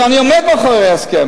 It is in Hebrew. ואני עומד מאחורי ההסכם,